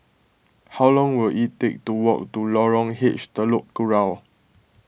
how long will it take to walk to Lorong H Telok Kurau